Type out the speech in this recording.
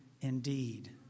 indeed